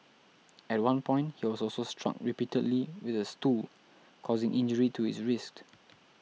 at one point he was also struck repeatedly with a stool causing injury to his wrist